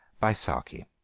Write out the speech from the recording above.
by saki